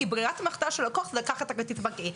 כי ברירת המחדל של הלקוח זה לקחת את הכרטיס הבנקאי.